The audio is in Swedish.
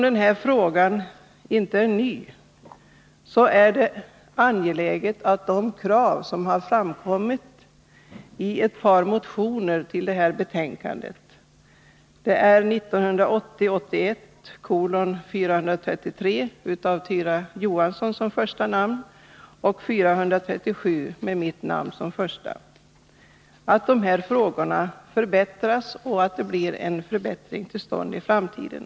Den här frågan är inte ny, och det är angeläget att de krav som har framställts i ett par motioner till detta betänkande — 1980/81:433 med Tyra Johansson som första namn och 437 med mig som första namn — tillgodoses och att en förbättring på detta område kommer till stånd i framtiden.